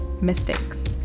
mistakes